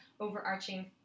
overarching